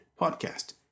Podcast